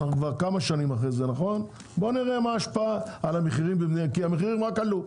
אנחנו כבר כמה שנים אחרי זה, והמחירים רק עלו.